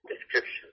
description